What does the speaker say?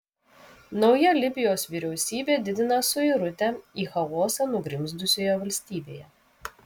nauja libijos vyriausybė didina suirutę į chaosą nugrimzdusioje valstybėje